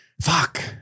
Fuck